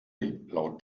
laut